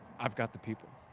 i've got the people.